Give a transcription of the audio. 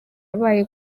yabaye